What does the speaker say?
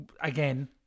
Again